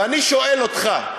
ואני שואל אותך: